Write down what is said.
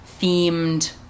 themed